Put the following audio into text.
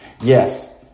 Yes